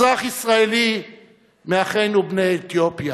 אזרח ישראלי מאחינו בני אתיופיה.